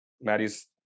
Maddie's